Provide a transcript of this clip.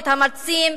את המרצים,